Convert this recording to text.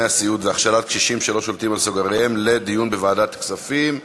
הנושא לוועדת הכספים נתקבלה.